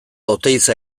oteiza